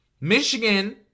Michigan